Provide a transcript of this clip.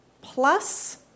plus